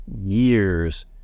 years